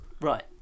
Right